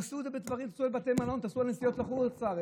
תעשו על בתי מלון, על נסיעות לחוץ לארץ.